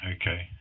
Okay